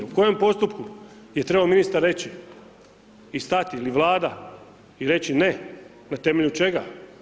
U kojem postupku je trebao ministar reći i stati, ili Vlada, i reći ne, na temelju čega?